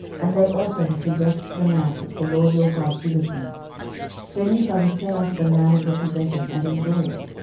and they also have possessed the land which the lord your god giveth them then ye shall return unto the land of your possession, and enjoy it,